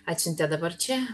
atsiuntė dabar čia